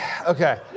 Okay